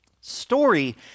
Story